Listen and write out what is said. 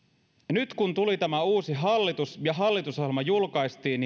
nyt kun tuli tämä uusi hallitus ja hallitusohjelma julkaistiin